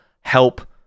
help